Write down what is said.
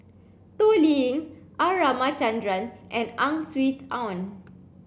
Toh Liying R Ramachandran and Ang Swee Aun